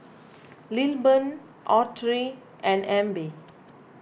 Lilburn Autry and Abbie